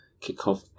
kickoff